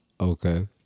Okay